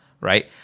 right